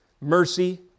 Mercy